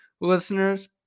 listeners